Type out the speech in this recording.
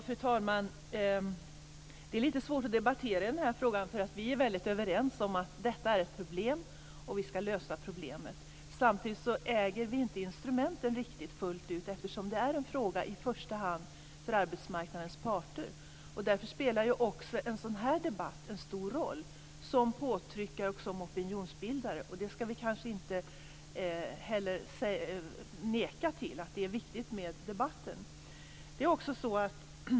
Fru talman! Det är lite svårt att debattera i den här frågan eftersom vi är väldigt överens om att det är ett problem och att vi skall lösa problemet. Samtidigt äger vi inte riktigt fullt ut instrumenten, eftersom det är i första hand en fråga för arbetsmarknadens parter. Därför spelar också en sådan här debatt en stor roll som påtryckare och som opinionsbildare. Vi skall heller inte neka till att det är viktigt med debatten.